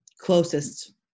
closest